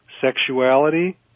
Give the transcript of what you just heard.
Sexuality